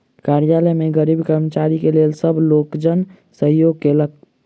कार्यालय में गरीब कर्मचारी के लेल सब लोकजन सहयोग केलक